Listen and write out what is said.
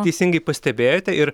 teisingai pastebėjote ir